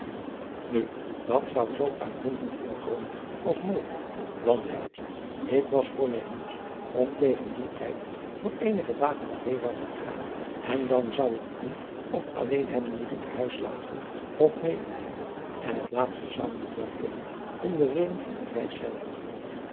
nu dat zou zoo uitmuntend inkomen als mogelijk want hilletje ik was voornemens om tegen dien tijd voor eenige dagen naar leeuwarden te gaan en dan zou ik u of alleen hebben moeten te huis laten of medenemen en het laatste zou niet wel kunnen om de reden van de reis zelve